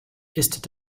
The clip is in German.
ist